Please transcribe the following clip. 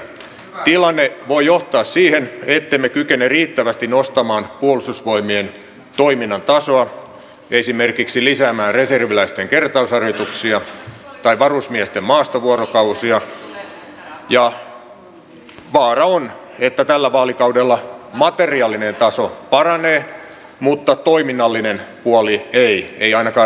tilanne voi johtaa siihen ettemme kykene riittävästi nostamaan puolustusvoimien toiminnan tasoa esimerkiksi lisäämään reserviläisten kertausharjoituksia tai varusmiesten maastovuorokausia ja vaara on että tällä vaalikaudella materiaalinen taso paranee mutta toiminnallinen puoli ei ei ainakaan riittävästi